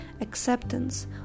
Acceptance